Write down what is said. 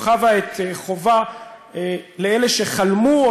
חבה את חובה לאלה שחלמו,